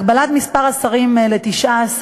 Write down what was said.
הגבלת מספר השרים ל-19,